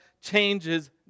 changes